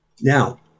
Now